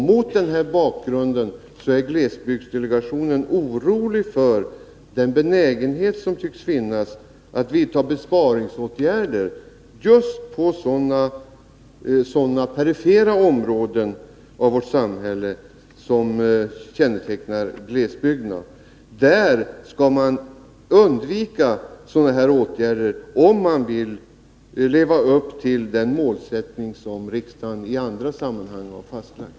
Mot den bakgrunden är glesbygdsdelegationen orolig över den benägenhet som tycks finnas att vidta besparingsåtgärder just på sådana perifera områden av vårt samhälle som är kännetecknande för glesbygderna. Där skall man undvika sådana här åtgärder, om man vill leva upp till den målsättning som riksdagen i andra sammanhang har fastlagt.